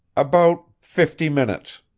about fifty minutes.